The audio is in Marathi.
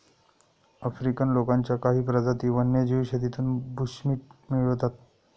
आफ्रिकन लोकांच्या काही प्रजाती वन्यजीव शेतीतून बुशमीट मिळवतात